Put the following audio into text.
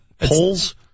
polls